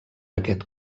aquest